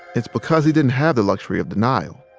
it's because he didn't have the luxury of denial.